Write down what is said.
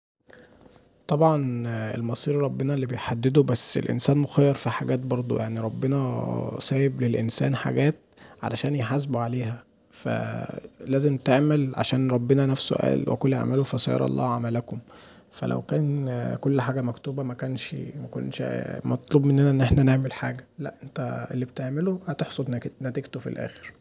طبعا المصير ربنا اللي بيحدده بس الانسان مخير في حاجات برضو، يعني ربنا سايب للانسان حاجات عشان يحاسبه عليها، فلازم تعمل عشان وبنا نفسه قال: وقل اعملوا فسير الله عملكم، فلو كان كل حاجه مكتوبه مكانش مطلوب مننا نعمل حاجه، لأ انت اللي بتعمله هتحصد نتيجته في الآخر.